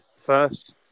first